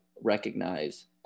recognize